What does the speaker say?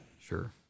Sure